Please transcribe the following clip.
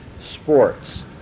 sports